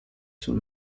sul